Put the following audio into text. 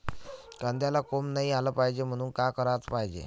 कांद्याला कोंब नाई आलं पायजे म्हनून का कराच पायजे?